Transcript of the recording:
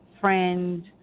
friend